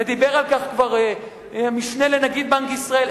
ודיבר על כך כבר המשנה לנגיד בנק ישראל,